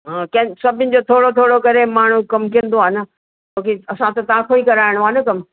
हा कंहिं सभिनि जो थोरो थोरो करे माण्हू कम कंदो आहे न छो की असां त तव्हांखां ई कराइणो आहे न कम